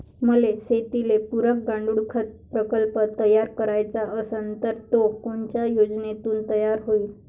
मले शेतीले पुरक गांडूळखत प्रकल्प तयार करायचा असन तर तो कोनच्या योजनेतून तयार होईन?